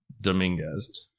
Dominguez